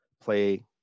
play